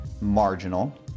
Marginal